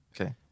Okay